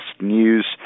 news